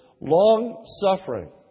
long-suffering